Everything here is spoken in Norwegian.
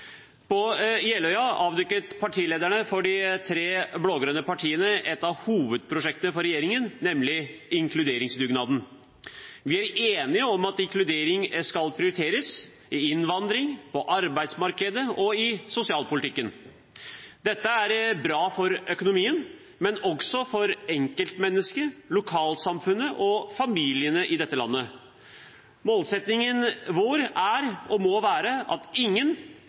På Jeløya avdekket partilederne for de tre blå-grønne partiene et av hovedprosjektene til regjeringen, nemlig inkluderingsdugnaden. Vi er enige om at inkludering skal prioriteres – i forbindelse med innvandring, på arbeidsmarkedet og i sosialpolitikken. Det er bra for økonomien, men også for enkeltmennesket, lokalsamfunnet og familiene i dette landet. Målsettingen vår er og må være at ingen